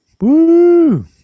Woo